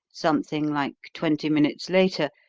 something like twenty minutes later,